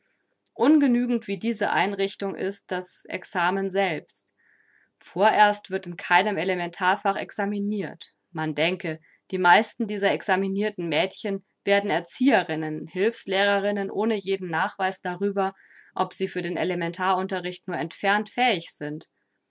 ungenügend wie diese einrichtung ist das examen selbst vorerst wird in keinem elementarfach examinirt man denke die meisten dieser examinirten mädchen werden erzieherinnen hülfslehrerinnen ohne jeden nachweis darüber ob sie für den elementarunterricht nur entfernt fähig sind